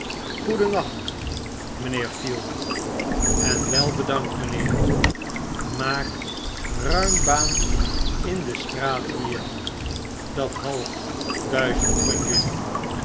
goedennacht mynheer field en wel bedankt mynheer maak ruimbaan in de straat hier dat half duizend van jelui